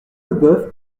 leboeuf